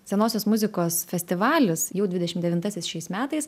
senosios muzikos festivalis jau dvidešim devintasis šiais metais